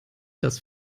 das